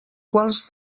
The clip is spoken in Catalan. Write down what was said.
quals